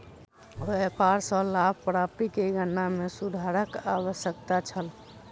व्यापार सॅ लाभ प्राप्ति के गणना में सुधारक आवश्यकता छल